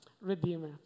Redeemer